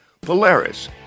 Polaris